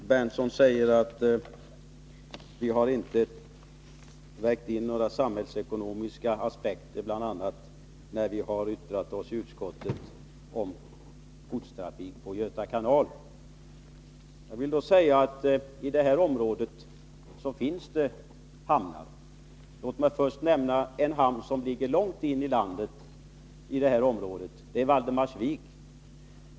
Fru talman! Nils Berndtson säger att vi inte vägt in några samhällsekonomiska aspekter när vi yttrat oss i utskottet om bl.a. godstrafiken på Göta kanal. Jag vill då säga att det finns hamnar i det här området. Låt mig först nämna en hamn som ligger långt in i landet. Det är hamnen i Valdemarsvik.